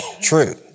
true